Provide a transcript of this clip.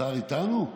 השר איתנו?